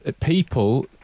people